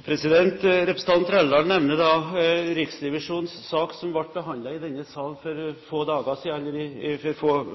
Representanten Trældal nevner Riksrevisjonens sak, som ble behandlet i denne sal